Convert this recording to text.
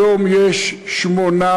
היום יש 800,